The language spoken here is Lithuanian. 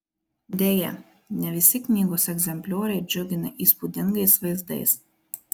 deja ne visi knygos egzemplioriai džiugina įspūdingais vaizdais